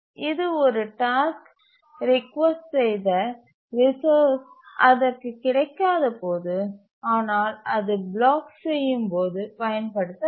இது ஒரு task request செய்த ரிசோர்ஸ் அதற்கு கிடைக்காத போது ஆனால் அது பிளாக் செய்யும் போது பயன்படுத்தப்படும்